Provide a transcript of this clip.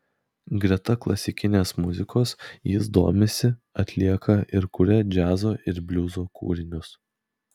greta klasikinės muzikos jis domisi atlieka ir kuria džiazo ir bliuzo kūrinius